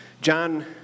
John